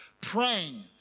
praying